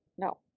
No